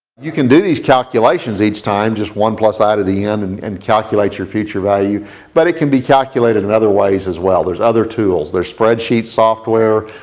you can do these calculations each time, just one plus side of the n and and calculate your future value but it can be calculated in other ways as well. there's other tools. there's spreadsheet software,